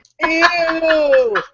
Ew